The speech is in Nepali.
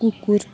कुकुर